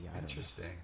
Interesting